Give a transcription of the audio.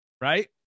Right